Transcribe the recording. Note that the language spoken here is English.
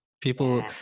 people